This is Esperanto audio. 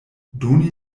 doni